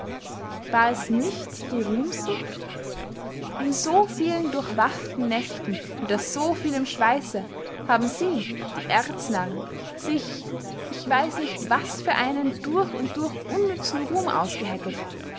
war es nicht die ruhmsucht in so vielen durchwachten nächten unter so vielem schweisse haben sie die erznarren sich ich weiß nicht was für einen durch und durch unnützen ruhm ausgehecket